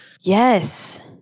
Yes